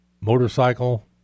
motorcycle